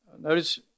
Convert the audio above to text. Notice